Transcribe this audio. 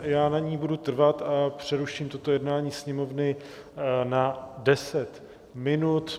Já na ní budu trvat a přeruším toto jednání Sněmovny na 10 minut.